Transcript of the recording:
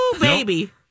baby